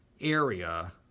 area